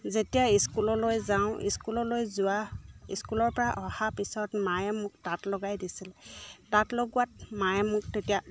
যেতিয়া স্কুললৈ যাওঁ স্কুললৈ যোৱা স্কুলৰ পৰা অহা পিছত মায়ে মোক তাঁত লগাই দিছিলে তাঁত লগোৱাত মায়ে মোক তেতিয়া